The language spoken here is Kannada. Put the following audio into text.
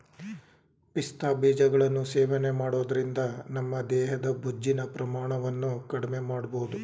ಪಿಸ್ತಾ ಬೀಜಗಳನ್ನು ಸೇವನೆ ಮಾಡೋದ್ರಿಂದ ನಮ್ಮ ದೇಹದ ಬೊಜ್ಜಿನ ಪ್ರಮಾಣವನ್ನು ಕಡ್ಮೆಮಾಡ್ಬೋದು